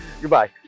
Goodbye